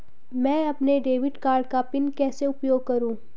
मैं अपने debit card का पिन कैसे उपयोग करूँ?